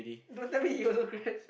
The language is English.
don't tell me you also crashed